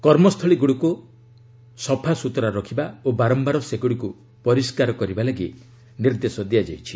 କର୍ମସ୍ଥଳୀଗୁଡ଼ିକୁ ସଫଳସ୍ତୁରା ରଖିବା ଓ ବାରମ୍ଘାର ସେଗୁଡ଼ିକୁ ପରିଷ୍କାର କରିବା ଲାଗି ନିର୍ଦ୍ଦେଶ ଦିଆଯାଇଛି